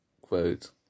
quote